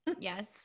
Yes